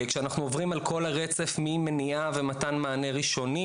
כאשר אנחנו עוברים על כל הרצף ממניעה ומתן מענה ראשוני,